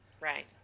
right